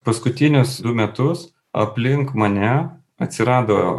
paskutinius du metus aplink mane atsirado